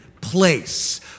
place